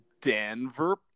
Denver